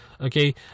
okay